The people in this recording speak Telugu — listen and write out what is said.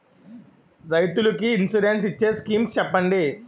రైతులు కి ఇన్సురెన్స్ ఇచ్చే స్కీమ్స్ చెప్పండి?